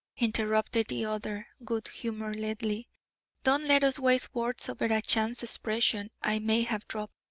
interrupted the other, good-humouredly. don't let us waste words over a chance expression i may have dropped.